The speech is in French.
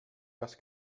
parce